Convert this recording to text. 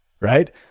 right